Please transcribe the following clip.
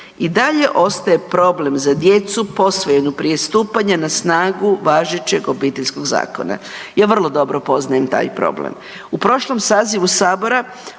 „I dalje ostaje problem za djecu posvojenu prije stupanja na snagu važećeg Obiteljskog zakona.“ Ja vrlo dobro poznajem taj problem.